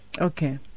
Okay